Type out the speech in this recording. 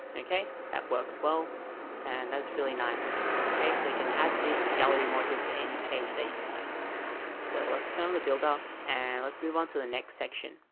okay, that works well and that's really nice. and so you can add this gallery module to any page that you want so let's turn on the builder and let's move on to the next section.